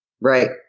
Right